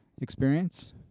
experience